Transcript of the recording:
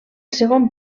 segon